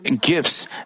gifts